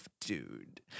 dude